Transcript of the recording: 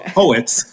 poets